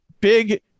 Big